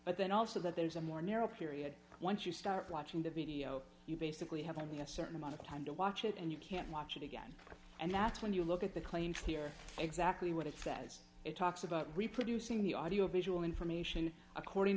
but then also that there's a more narrow period once you start watching the video you basically have only a certain amount of time to watch it and you can't watch it again and that's when you look at the claims here exactly what it says it talks about reproducing the audio visual information according